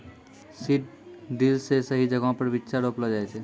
seed drill से सही जगहो पर बीच्चा रोपलो जाय छै